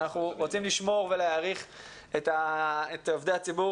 אנחנו מעריכים את עובדי הציבור